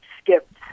skipped